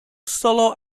solo